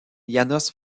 jános